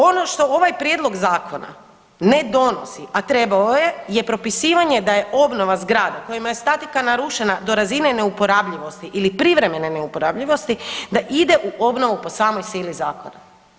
Ono što ovaj prijedlog Zakona ne donosi, a trebao je, je propisivanje da je obnova zgrada kojima je statika narušena do razine neuporabljivosti ili privremene neuporabljivosti, da ide u obnovu po samoj sili Zakona.